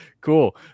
Cool